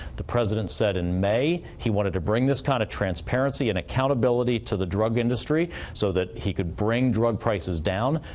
the president said in may he wanted to bring this kind of transparency and accountability to the drug industry so that he could bring drug prices down.